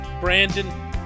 Brandon